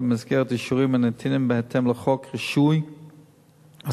במסגרת אישורים הניתנים בהתאם לחוק רישוי עסקים.